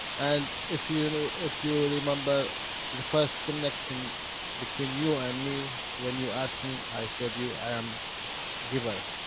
and if you know if you remember the first connection between you and me when you asked me i said you, i am giver.